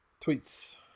Tweets